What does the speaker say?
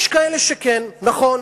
יש כאלה שכן, נכון.